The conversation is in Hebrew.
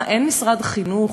מה, אין משרד חינוך?